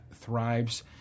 Thrives